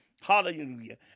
Hallelujah